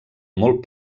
molt